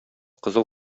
кызыл